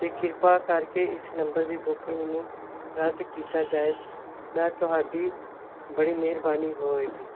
ਅਤੇ ਕਿਰਪਾ ਕਰਕੇ ਇਸ ਨੰਬਰ ਦੀ ਬੁਕਿੰਗ ਨੂੰ ਰੱਦ ਕੀਤਾ ਜਾਏ ਮੈਂ ਤੁਹਾਡੀ ਬੜੀ ਮਿਹਰਬਾਨੀ ਹੋਵੇਗੀ